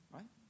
Right